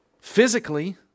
physically